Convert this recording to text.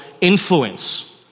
influence